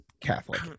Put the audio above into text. catholic